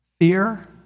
Fear